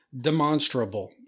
demonstrable